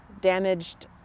damaged